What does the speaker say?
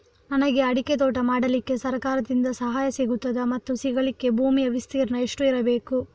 ನನಗೆ ಅಡಿಕೆ ತೋಟ ಮಾಡಲಿಕ್ಕೆ ಸರಕಾರದಿಂದ ಸಹಾಯ ಸಿಗುತ್ತದಾ ಮತ್ತು ಸಿಗಲಿಕ್ಕೆ ಭೂಮಿಯ ವಿಸ್ತೀರ್ಣ ಎಷ್ಟು ಇರಬೇಕು?